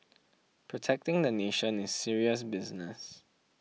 protecting the nation is serious business